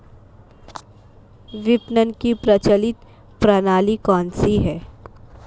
विपणन की प्रचलित प्रणाली कौनसी है?